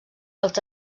els